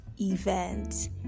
event